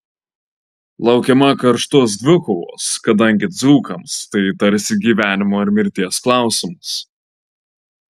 laukiama karštos dvikovos kadangi dzūkams tai tarsi gyvenimo ar mirties klausimas